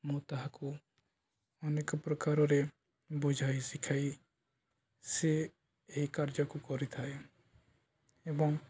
ମୁଁ ତାହାକୁ ଅନେକ ପ୍ରକାରରେ ବୁଝାଇ ଶିଖାଇ ସିଏ ଏହି କାର୍ଯ୍ୟକୁ କରିଥାଏ ଏବଂ